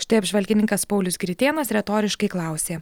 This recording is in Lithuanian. štai apžvalgininkas paulius gritėnas retoriškai klausė